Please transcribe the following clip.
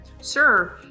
sir